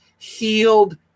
healed